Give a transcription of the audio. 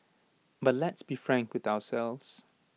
but let's be frank with ourselves